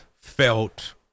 felt